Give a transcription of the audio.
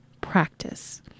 practice